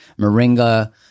moringa